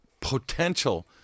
potential